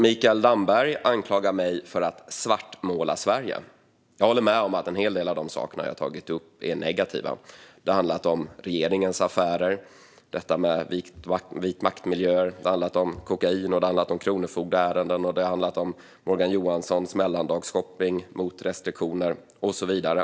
Mikael Damberg anklagar mig för att svartmåla Sverige. Jag håller med om att en hel del av de saker jag har tagit upp är negativa. Det har handlat om regeringens affärer - vitmaktmiljöer, kokain, kronofogdeärenden, Morgan Johanssons mellandagsshopping mot restriktioner och så vidare.